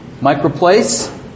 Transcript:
MicroPlace